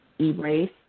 erase